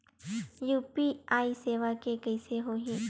UPI सेवा के कइसे होही?